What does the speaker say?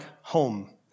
home